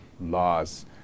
laws